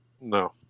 No